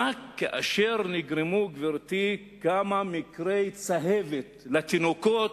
ורק כאשר נגרמו, גברתי, כמה מקרי צהבת לתינוקות,